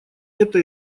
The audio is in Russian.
это